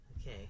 Okay